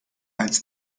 als